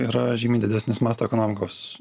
yra žymiai didesnis masto ekonomikos